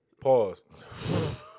Pause